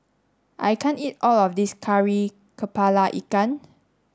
I can't eat all of this Kari Kepala Ikan